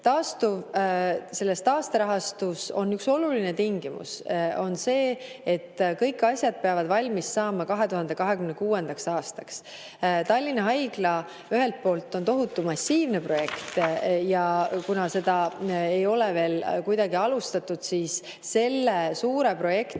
Selles taasterahastus on üks oluline tingimus: kõik asjad peavad valmis saama 2026. aastaks. Tallinna Haigla on ühelt poolt tohutu, massiivne projekt. Kuna seda ei ole veel kuidagi alustatud, siis selle suure projekti